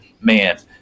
man